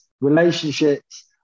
relationships